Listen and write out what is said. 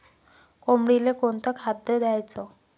कोंबडीले कोनच खाद्य द्याच?